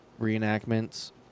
reenactments